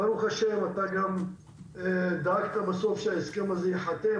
ב"ה דאגת גם שההסכם הזה ייחתם,